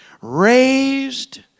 raised